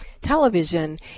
television